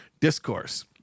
discourse